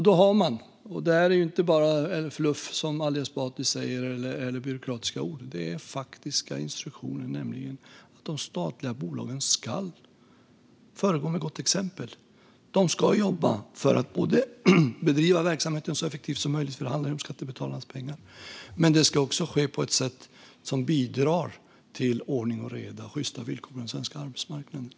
Detta är inte bara fluff, som Ali Esbati hävdar, eller byråkratiska ord, utan det är faktiska instruktioner: De statliga bolagen ska föregå med gott exempel. De ska jobba för att både bedriva verksamhet så effektivt som möjligt, för det handlar ju om skattebetalarnas pengar, och göra det på ett sätt som bidrar till ordning och reda och sjysta villkor på den svenska arbetsmarknaden.